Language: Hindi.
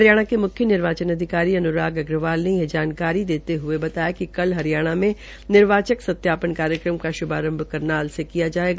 हरियाणा के मुख्य निर्वाचन अधिकारी श्री अन्राग अग्रवाल ने यह जानकारी देते हये बताया कि कल हरियाणा में निर्वाचक सत्यापन कार्यक्रम का शुभारभ करनाल से किया जाएगा